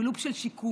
בלופ של שיקום,